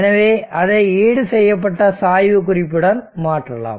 எனவே அதை ஈடுசெய்யப்பட்ட சாய்வு குறிப்புடன் மாற்றலாம்